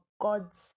God's